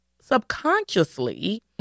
subconsciously